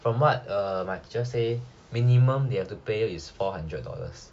from what uh my teacher say minimum they have to pay is four hundred dollars